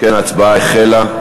ההצבעה החלה.